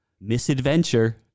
Misadventure